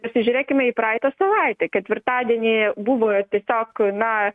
pasižiūrėkime į praeitą savaitę ketvirtadienį buvo tiesiog na